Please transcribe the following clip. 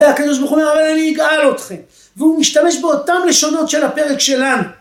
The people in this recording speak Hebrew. הקדוש ברוך הוא אומר אבל אני אגאל אתכם והוא משתמש באותן לשונות של הפרק שלנו